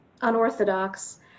unorthodox